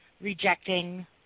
rejecting